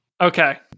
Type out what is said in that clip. Okay